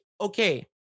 okay